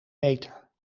meter